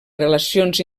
relacions